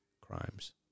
crimes